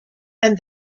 and